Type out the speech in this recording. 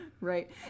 right